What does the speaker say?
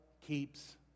keeps